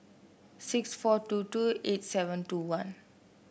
six four two two eight seven two one